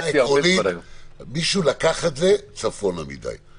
מישהו לקח את זה צפונה מדי,